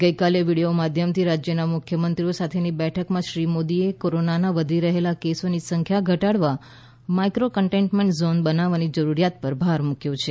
ગઈકાલે વીડિયો માધ્યમથી રાજ્યોના મુખ્યમંત્રીઓ સાથેની બેઠકમાં શ્રી મોદીએ કોરોનાના વધી રહેલા કેસોની સંખ્યા ઘટાડવા માઇક્રી કન્ટેન્ટમેન્ટ ઝોન બનાવવાની જરીરિયાત પર ભાર મૂક્યો છે